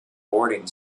boarding